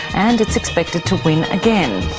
and it's expected to win again.